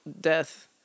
death